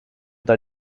the